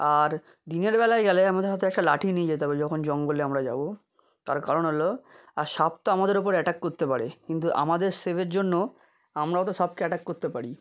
আর দিনের বেলায় গেলে আমাদের হাতে একটা লাঠি নিয়ে যেতে হবে যখন জঙ্গলে আমরা যাবো তার কারণ হলো আর সাপ তো আমাদের ওপর অ্যাটাক করতে পারে কিন্তু আমাদের সেভের জন্য আমরাও তো সাপকে অ্যাটাক করতে পারি